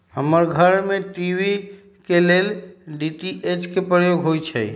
हमर घर में टी.वी के लेल डी.टी.एच के प्रयोग होइ छै